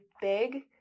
big